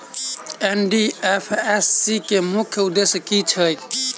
NDFSC केँ मुख्य उद्देश्य की छैक?